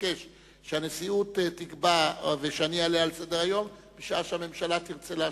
או מבקש שהנשיאות תקבע ואני אעלה על סדר-היום בשעה שהממשלה תרצה להשיב,